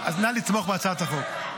אז נא לתמוך בהצעת החוק.